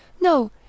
No